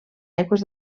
aigües